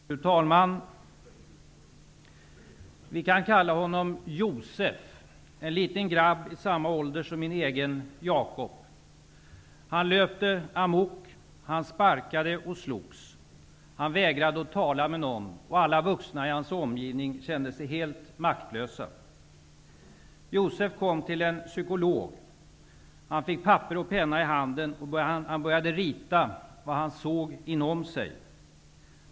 Fru talman! Vi kan kalla honom Josef. En liten grabb, i samma ålder som min egen Jacob. Han löpte amok, sparkade och slogs. Han vägrade att tala med någon. Alla vuxna i hans omgivning kände sig helt maktlösa. Josef kom till en psykolog. Han fick papper och penna i handen och började rita vad han såg inom sig.